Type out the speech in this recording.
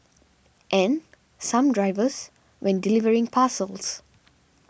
and some drivers when delivering parcels